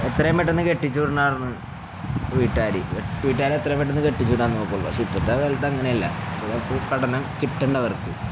എത്രേയും പെട്ടന്ന് കെട്ടിച്ചൂടണാർന്ന് വീട്ടുകാര് വീട്ടുകാര എത്രേ പെട്ടന്ന് കെട്ടിച്ചൂടാന്ന് നോക്കള്ളൂ പക്ഷെ ഇപ്പത്തെ കാലട്ട അങ്ങനെയല്ല ഇത്ത് കടനം കിട്ടേണ്ടവർക്ക്